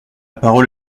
parole